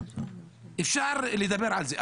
אפשר לדבר על זה,